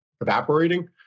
evaporating